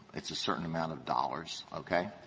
it's a certain amount of dollars. okay.